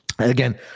Again